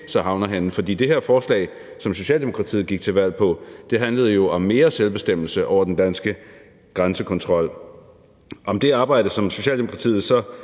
havner henne. Det forslag, som Socialdemokratiet gik til valg på, handlede jo om mere selvbestemmelse over den danske grænsekontrol, så jeg vil se frem til at